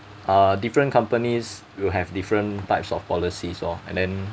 uh different companies will have different types of policies lor and then